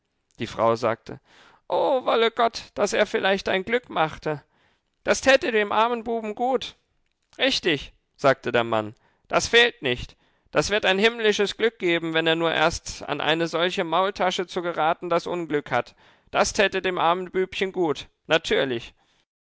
die frau sagte o wollte gott daß er vielleicht ein glück machte das täte dem armen buben gut richtig sagte der mann das fehlt nicht das wird ein himmlisches glück geben wenn er nur erst an eine solche maultasche zu geraten das unglück hat das täte dem armen bübchen gut natürlich